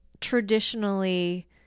traditionally